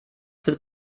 wird